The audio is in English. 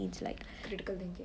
critical thinking